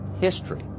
history